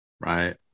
Right